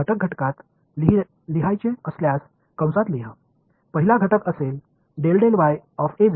हे घटक घटकात लिहायचे असल्यास कंसात लिहा